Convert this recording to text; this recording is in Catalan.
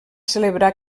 celebrar